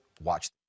Watch